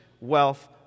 wealth